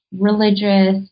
religious